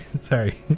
sorry